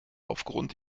aufgrund